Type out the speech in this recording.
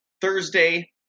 Thursday